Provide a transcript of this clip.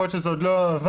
יכול להיות שזה עוד לא עבר,